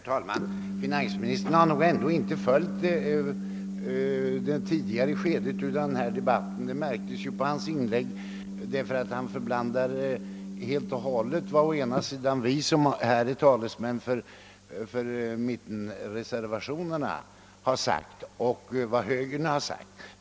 Herr talman! Finansministern har tydligen inte följt det tidigare skedet av denna debatt — det märktes på hans inlägg. Han blandade ihop vad vi som är talesmän för mittenreservationerna har sagt och vad högern har sagt.